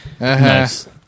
Nice